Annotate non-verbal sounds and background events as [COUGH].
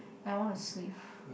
I wanna sleep [BREATH]